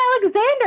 Alexander